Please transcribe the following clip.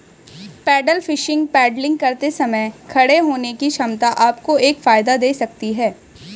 pedal fishing paddling करते समय खड़े होने की क्षमता आपको एक फायदा दे सकती है